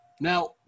Now